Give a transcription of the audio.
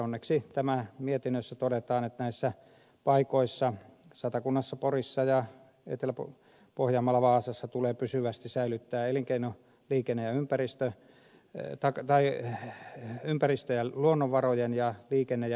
onneksi mietinnössä todetaan että näissä paikoissa satakunnassa porissa ja etelä pohjanmaalla vaasassa tulee pysyvästi säilyttää elinkeino liikenne ja ympäristö ei ota kantaa ei lähteen ympäristö ja luonnonvarapalvelut ja liikenne ja infrastruktuuripalvelut